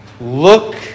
Look